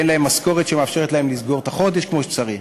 שאין להם משכורת שמאפשרת להם לסגור את החודש כמו שצריך.